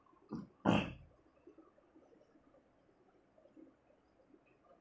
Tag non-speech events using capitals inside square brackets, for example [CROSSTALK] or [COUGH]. [NOISE]